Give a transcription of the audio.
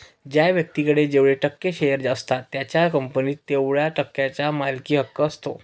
ज्या व्यक्तीकडे जेवढे टक्के शेअर असतात त्याचा कंपनीत तेवढया टक्क्यांचा मालकी हक्क असतो